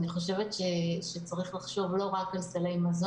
צריך לחשוב גם על הנושא הזה ולא רק על סלי מזון.